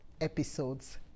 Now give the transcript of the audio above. episode's